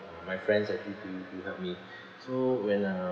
my friends actually did did help me so when uh